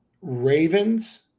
Ravens